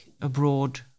abroad